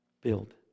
Build